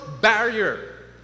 barrier